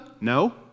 No